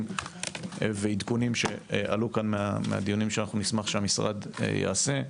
ועדכונים שעלו כאן מהדיונים שאנחנו נשמח שהמשרד יעשה,